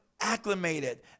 acclimated